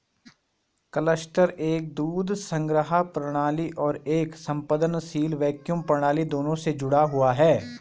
cluster एक दूध संग्रह प्रणाली और एक स्पंदनशील वैक्यूम प्रणाली दोनों से जुड़ा हुआ है